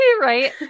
Right